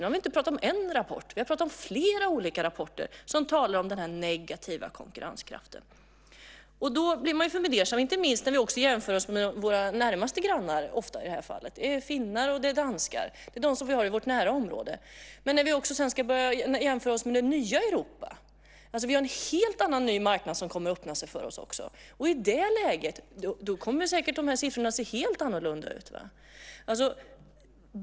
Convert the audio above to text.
Vi har inte pratat om en rapport, vi har pratat om flera olika rapporter som talar om den negativa konkurrenskraften. Då blir man lite fundersam, inte minst när vi också jämför oss med våra närmaste grannar - finnar och danskar som vi har i vårt nära område. Det är likadant när vi börjar jämföra oss med det nya Europa. Det är en helt ny marknad som kommer att öppnas för oss, och i det läget kommer siffrorna att se helt annorlunda ut.